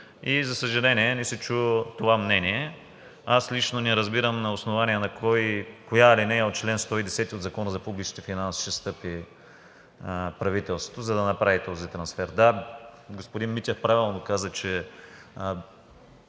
и за съжаление, не се чу това мнение. Аз лично не разбирам на основание на коя алинея от чл. 110 от Закона за публичните финанси ще стъпи правителството, за да направи този трансфер. Да, господин Митев правилно каза, че